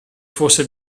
fosse